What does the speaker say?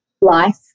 life